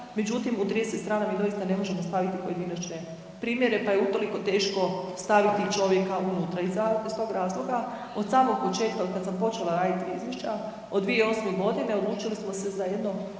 međutim u 30 strana mi doista ne možemo staviti pojedinačne primjere pa je utoliko teško staviti čovjeka unutra. I iz tog razloga od samog početka, od kad sam počela raditi izvješća od 2008. godine odlučili smo se za jedno